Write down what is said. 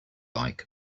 like